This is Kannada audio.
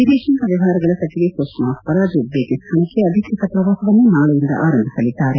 ವಿದೇಶಾಂಗ ವ್ಯವಹಾರಗಳ ಸಚಿವೆ ಸುಷ್ಕಾ ಸ್ವರಾಜ್ ಉಜ್ಜೇಕಿಸ್ತಾನಕ್ಕೆ ಅಧಿಕೃತ ಶ್ರವಾಸವನ್ನು ನಾಳೆಯಿಂದ ಆರಂಭಿಸಲಿದ್ದಾರೆ